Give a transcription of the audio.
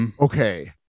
Okay